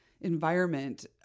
environment